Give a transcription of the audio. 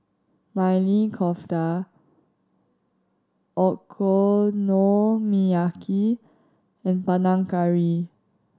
Maili Kofta Okonomiyaki and Panang Curry